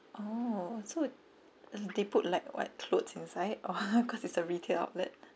oh so they put like what clothes inside or cause it's a retail outlet